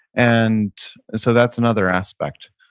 and so, that's another aspect.